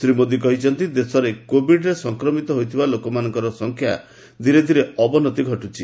ଶ୍ରୀ ମୋଦୀ କହିଛନ୍ତି ଦେଶରେ କୋବିଡ୍ରେ ସଂକ୍ରମିତ ହୋଇଥିବା ଲୋକମାନଙ୍କ ସଂଖ୍ୟାରେ ଧୀରେ ଧୀରେ ଅବନତି ଘଟୁଛି